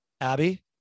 Abby